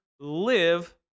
Live